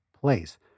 place